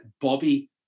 Bobby